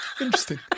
interesting